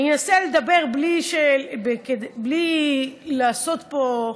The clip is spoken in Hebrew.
אני אנסה לדבר בלי לעשות פה,